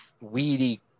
weedy